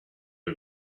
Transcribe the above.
you